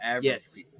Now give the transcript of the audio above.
Yes